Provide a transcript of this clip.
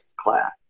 class